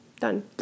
done